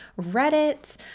Reddit